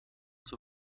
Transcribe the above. zur